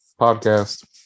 podcast